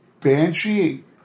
Banshee